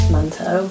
Manto